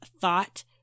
thought